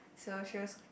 so she was